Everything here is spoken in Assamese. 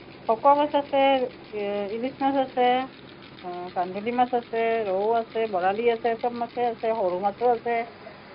ভকুৱা মাছ আছে ইলিছ মাছ আছে কান্দুলি মাছ আছে ৰৌ আছে বৰালী আছে সব মাছেই আছে সৰু মাছো আছে